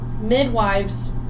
midwives